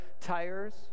tires